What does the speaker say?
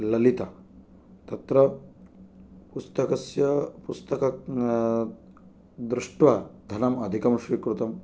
ललिता तत्र पुस्तकस्य पुस्तकं दृष्ट्वा धनं अधिकं स्वीकृतं